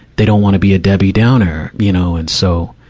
they don't wanna be a debbie downer, you know. and so,